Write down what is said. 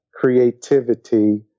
creativity